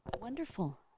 Wonderful